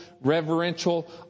reverential